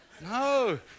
No